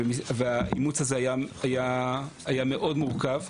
האימוץ הזה היה מאוד מורכב.